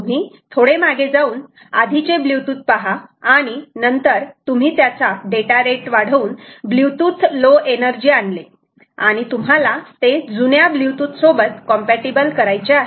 तुम्ही थोडे मागे जाऊन आधीचे ब्लूटूथ पहा आणि नंतर तुम्ही त्याचा डेटा रेट वाढवून ब्लूटूथ लो एनर्जी आणले आणि तुम्हाला ते जुन्या ब्ल्यूटूथ सोबत कॉम्पॅटिबल करायचे आहे